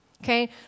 Okay